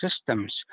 systems